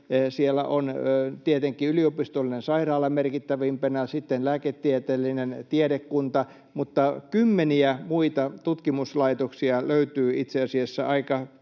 Siellä on tietenkin yliopistollinen sairaala merkittävimpänä, sitten lääketieteellinen tiedekunta, mutta kymmeniä muita tutkimuslaitoksia löytyy itse asiassa aika